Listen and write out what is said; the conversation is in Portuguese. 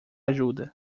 ajuda